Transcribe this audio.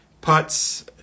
putts